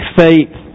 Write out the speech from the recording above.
faith